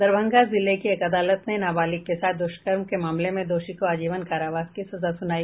दरभंगा जिले की एक अदालत ने नाबालिग के साथ द्रष्कर्म के मामले में दोषी को आजीवन कारावास की सजा सुनाई